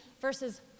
versus